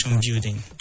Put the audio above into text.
building